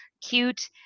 cute